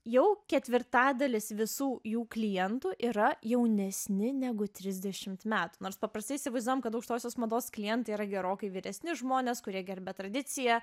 jau ketvirtadalis visų jų klientų yra jaunesni negu trisdešimt metų nors paprastai įsivaizduojam kad aukštosios mados klientai yra gerokai vyresni žmonės kurie gerbia tradiciją